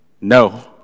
no